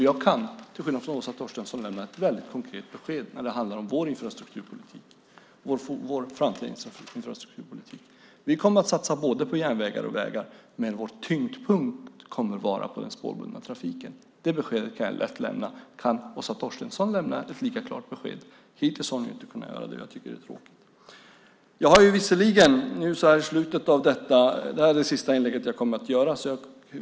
Jag kan till skillnad från Åsa Torstensson lämna ett väldigt konkret besked när det handlar om vår framtida infrastrukturpolitik. Vi kommer att satsa på både järnvägar och vägar, men vår tyngdpunkt kommer att ligga på den spårbundna trafiken. Det beskedet kan jag lätt lämna. Kan Åsa Torstensson lämna ett lika klart besked? Hittills har hon inte kunnat göra det, och jag tycker att det är tråkigt. Det här är det sista inlägget jag kommer att göra i dag.